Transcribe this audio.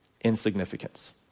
insignificance